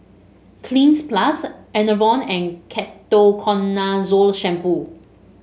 Cleanz Plus Enervon and Ketoconazole Shampoo